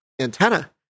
antenna